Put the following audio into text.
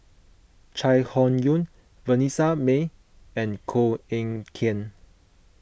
Chai Hon Yoong Vanessa Mae and Koh Eng Kian